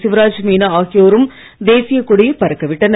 சிவராஜ் மீனா ஆகியோரும் தேசிய கொடியை பறக்கவிட்டனர்